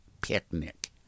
Picnic